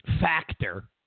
factor